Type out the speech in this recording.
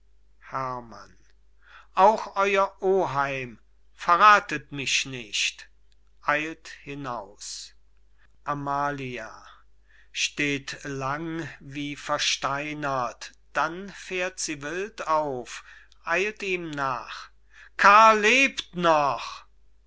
herrmann auch euer oheim verrathet mich nicht eilt hinaus amalia steht lang wie versteinert dann fährt sie wild auf eilt ihm nach karl lebt noch